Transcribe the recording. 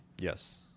yes